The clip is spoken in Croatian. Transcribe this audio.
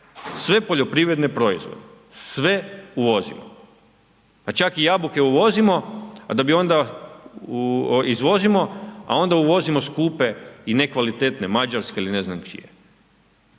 Sve poljoprivredne proizvode, sve uvozimo. Pa čak i jabuke uvozimo da bi onda, izvozimo, a onda uvozimo skupe i nekvalitetne mađarske ili ne znam čije.